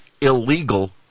illegal